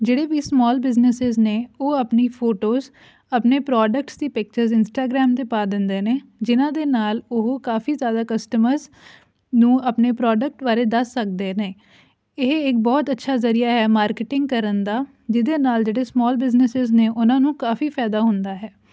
ਜਿਹੜੇ ਵੀ small businesses ਨੇ ਉਹ ਆਪਣੀ ਫੋਟੋਜ਼ ਆਪਣੇ ਪ੍ਰੋਡਕਟਸ ਦੀ ਪਿਕਚਰਸ ਇੰਸਟਾਗਰਾਮ 'ਤੇ ਪਾ ਦਿੰਦੇ ਨੇ ਜਿਹਨਾਂ ਦੇ ਨਾਲ ਉਹ ਕਾਫੀ ਜ਼ਿਆਦਾ ਕਸਟਮਰਸ ਨੂੰ ਆਪਣੇ ਪ੍ਰੋਡਕਟ ਬਾਰੇ ਦੱਸ ਸਕਦੇ ਨੇ ਇਹ ਇੱਕ ਬਹੁਤ ਅੱਛਾ ਜ਼ਰੀਆ ਹੈ ਮਾਰਕੀਟਿੰਗ ਕਰਨ ਦਾ ਜਿਹਦੇ ਨਾਲ ਜਿਹੜੇ ਸਮੋਲ ਬਿਜਨਸਿਸ ਨੇ ਉਹਨਾਂ ਨੂੰ ਕਾਫੀ ਫਾਇਦਾ ਹੁੰਦਾ ਹੈ